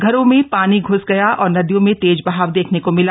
घरों में पानी घुस गया और नदियों में तेज बहाव देखने को मिला